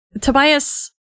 Tobias